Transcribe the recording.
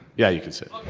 yeah you can sit.